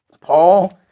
Paul